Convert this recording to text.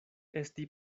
esti